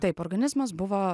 taip organizmas buvo